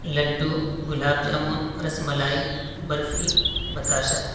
لڈو gulab jamun ras malai barfi بتاشا